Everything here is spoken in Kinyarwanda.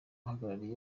uhagarariye